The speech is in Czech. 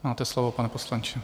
Máte slovo, pane poslanče.